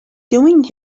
doing